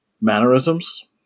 mannerisms